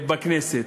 בכנסת.